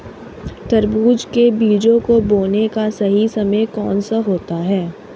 तरबूज के बीजों को बोने का सही समय कौनसा होता है?